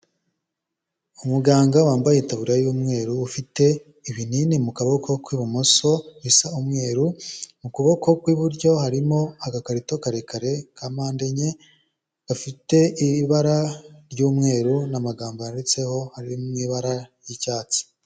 Umuganga wambaye itaburiya y'umweru, ufite ibinini mu kuboko kw'ibumoso bisa umweru, mu kuboko kw'iburyo harimo agakarito karekare kampande enye, gafite ibara ry'umweru n'amagambo yanditseho, ari mu ibara ry'icyatsi.